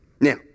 Now